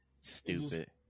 Stupid